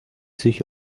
sich